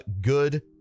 good